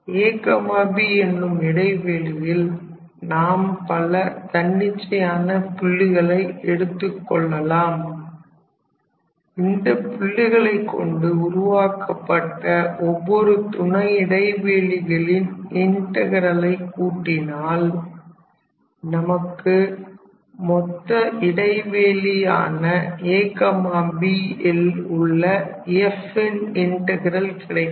ab என்னும் இடைவெளியில் நாம் பல தன்னிச்சையான புள்ளிகளை எடுத்துக்கொள்ளலாம் இந்த புள்ளிகளைக் கொண்டு உருவாக்கப்பட்ட ஒவ்வொரு துணை இடைவெளிகளின் இன்டகரலை கூட்டினால் நமக்கு மொத்த இடைவெளியான ab ல் உள்ள f ன் இன்டகரல் கிடைக்கும்